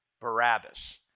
Barabbas